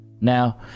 Now